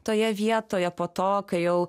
toje vietoje po to kai jau